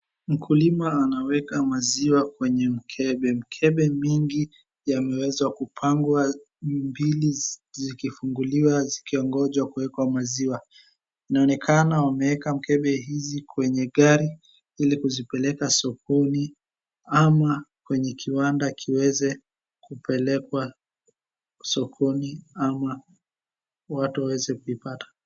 Mkulima anaweka maziwa kwenye mkebe, mkebe mingi yameweza kupangwa mbili zikifunguliwa zikiongonjwa kuwekwa maziwa. Inaonekana wameweka mkebe hizi kwenye gari ili kuzipeleka sokoni ama kwenye kiwanda kiweze kupelekwa sokoni ama watu waweze kuipata.